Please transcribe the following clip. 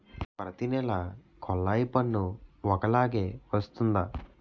ప్రతి నెల కొల్లాయి పన్ను ఒకలాగే వస్తుందా?